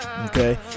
Okay